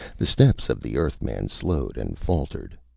the steps of the earthman slowed and faltered.